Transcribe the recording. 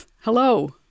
Hello